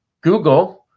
Google